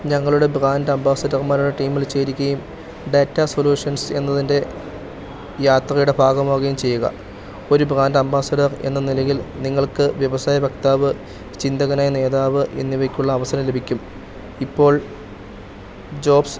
ഞങ്ങളുടെ ബ്രാൻഡ് അംബാസിഡര്മാരുടെ team data solutions എന്നതിൻ്റെ യാത്രയുടെ ഭാഗമാകുകയും ചെയ്യുക ഒരു ബ്രാൻഡ് അംബാസിഡര് എന്ന നിലയിൽ നിങ്ങൾക്ക് വ്യവസായവക്താവ് ചിന്തകനായ നേതാവ് എന്നിവയ്ക്കുള്ള അവസരം ലഭിക്കും ഇപ്പോൾ ജോബ്സ്